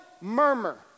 murmur